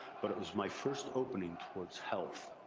but it was my first opening towards health.